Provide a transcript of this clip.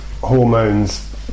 hormones